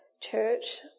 church